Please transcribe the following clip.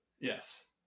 Yes